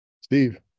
Steve